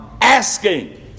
asking